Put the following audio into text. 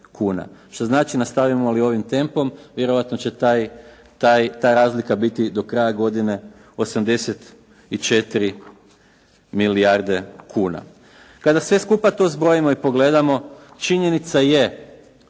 što znači nastavimo li ovim tempom vjerojatno će ta razlika biti do kraja godine 84 milijarde kuna. Kada sve skupa to zbrojimo i pogledamo, činjenica je